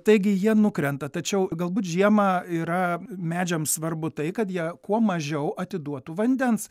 taigi jie nukrenta tačiau galbūt žiemą yra medžiams svarbu tai kad jie kuo mažiau atiduotų vandens